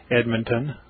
Edmonton